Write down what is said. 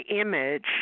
image